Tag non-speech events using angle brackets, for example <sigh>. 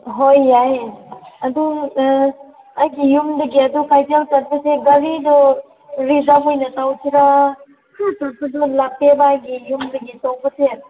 ꯍꯣꯏ ꯌꯥꯏ ꯑꯗꯨ ꯑꯥ ꯑꯩꯒꯤ ꯌꯨꯝꯗꯒꯤ ꯑꯗꯨ ꯀꯩꯊꯦꯜ ꯆꯠꯄꯁꯦ ꯒꯥꯔꯤꯗꯨ ꯔꯤꯖꯥꯕ ꯑꯣꯏꯅ ꯇꯧꯁꯤꯔꯥ <unintelligible> ꯆꯠꯄꯗꯣ ꯂꯥꯞꯄꯦꯕ ꯑꯩꯒꯤ ꯌꯨꯝꯗꯒꯤ ꯇꯣꯡꯕꯁꯦ